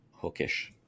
hookish